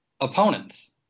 opponents